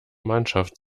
mannschaft